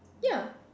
ya